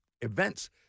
events